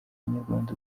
abanyarwanda